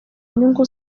inyungu